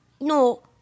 No